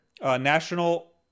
National